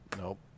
Nope